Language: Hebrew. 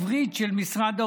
על